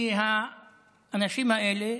כי האנשים האלה,